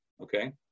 Okay